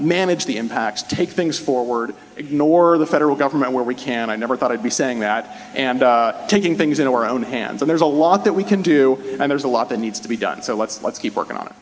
manage the impacts to take things forward ignore the federal government where we can i never thought i'd be saying that and taking things into our own hands but there's a lot that we can do i mean is a lot that needs to be done so let's let's keep working on it